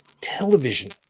television